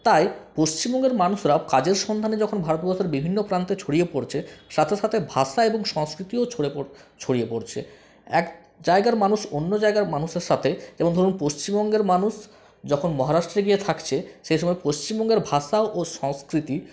তাই পশ্চিমবঙ্গের মানুষরা কাজের সন্ধানে যখন ভারতবর্ষের বিভিন্ন প্রান্তে ছড়িয়ে পড়ছে সাথে সাথে ভাষা এবং সংস্কৃতিও ছড়িয়ে পড়ছে এক জায়গার মানুষ অন্য জায়গার মানুষের সাথে যেমন ধরুন পশ্চিমবঙ্গের মানুষ যখন মহারাষ্ট্রে গিয়ে থাকছে সেসময় পশ্চিমবঙ্গের ভাষা ও সংস্কৃতি